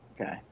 Okay